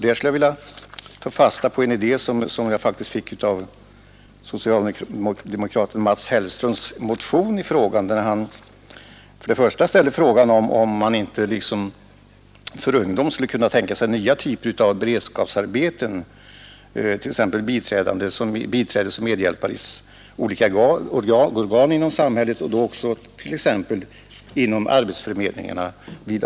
Därvidlag vill jag aktualisera en idé som jag fick av en motion som socialdemokraten Mats Hellström väckt i ärendet. Han ställde frågan, om man inte för arbetslös ungdom skulle kunna tänka sig nya typer av beredskapsarbeten, t.ex. som biträden och medhjälpare i olika organ inom samhället och då naturligtvis också inom arbetsförmedlingarna.